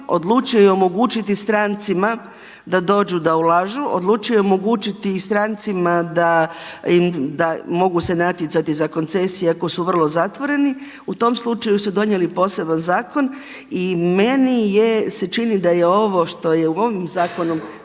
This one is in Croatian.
odlučio je omogućiti strancima da dođu da ulažu, odlučio je omogućiti i strancima da mogu se natjecati za koncesije iako su vrlo zatvoreni. U tom slučaju su donijeli poseban zakon i meni se čini da je ovo što je ovim zakonom